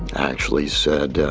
actually said,